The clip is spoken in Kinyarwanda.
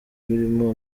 birimo